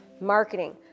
marketing